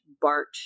Bart